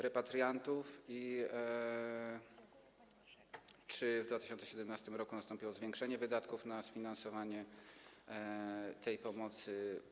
repatriantów, czy w 2017 r. nastąpiło zwiększenie wydatków na sfinansowanie tej pomocy.